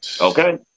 Okay